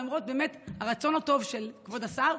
למרות באמת הרצון הטוב של כבוד השר,